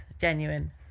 genuine